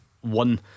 One